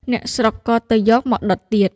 អ្នកស្រុក ក៏ទៅយកមកដុតទៀត ។